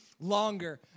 longer